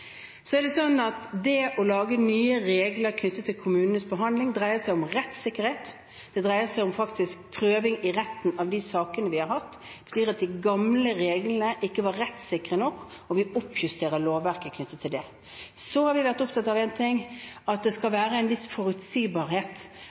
dreier seg om faktisk prøving i retten av de sakene vi har hatt fordi de gamle reglene ikke var rettssikre nok. Vi oppjusterer lovverket knyttet til det. Så har vi vært opptatt av at det skal være en viss forutsigbarhet,